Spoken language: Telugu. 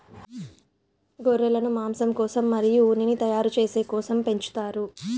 గొర్రెలను మాంసం కోసం మరియు ఉన్నిని తయారు చేసే కోసం పెంచుతారు